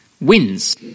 wins